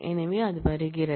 எனவே அது வருகிறது